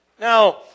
Now